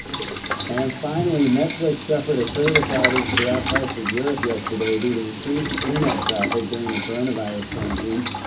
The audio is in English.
and, finally, netflix suffered a service outage throughout parts of europe yesterday, due to increased internet traffic during the coronavirus quarantines.